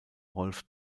rolf